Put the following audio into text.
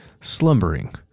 slumbering